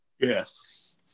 Yes